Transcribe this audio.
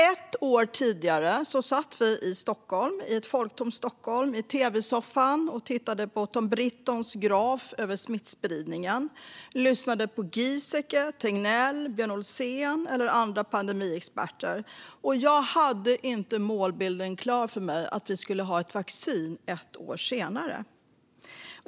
Ett år tidigare satt vi i tv-soffan i ett folktomt Stockholm och tittade på Tom Brittons graf över smittspridningen. Vi lyssnade på Giesecke, Tegnell, Björn Olsen och andra pandemiexperter. Då hade jag inte målbilden klar för mig - att vi skulle ha ett vaccin ett år senare.